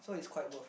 so it's quite worth